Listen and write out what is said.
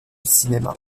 cinéma